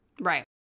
Right